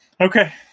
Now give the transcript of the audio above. Okay